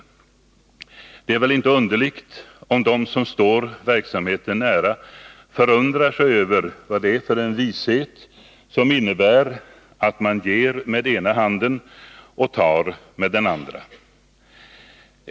Det är väl inte underligt om de som står verksamheten nära förundrar sig över vad det är för vishet som innebär att man ger med ena handen och tar med den andra.